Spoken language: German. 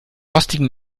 rostigen